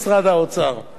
עורך-הדין אסי מסינג,